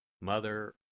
Mother